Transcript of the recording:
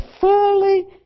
fully